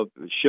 ship